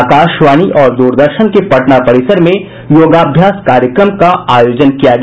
आकाशवाणी और दूरदर्शन के पटना परिसर में योगाभ्यास कार्यक्रम का आयोजन किया गया